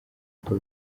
uko